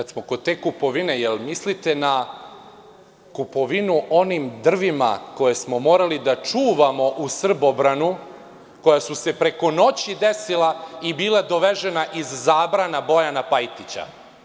Kad smo kod te kupovine, jel mislite na kupovinu onim drvima koje smo morali da čuvamo u Srbobranu, koja su se preko noći desila i bila dovežena iz Zabrana Bojana Pajtića?